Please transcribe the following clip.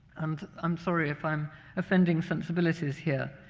and i'm sorry if i'm offending sensibilities here.